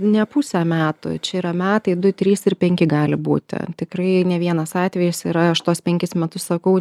ne pusė metų čia yra metai du trys ir penki gali būti tikrai ne vienas atvejis yra aš tuos penkis metus sakau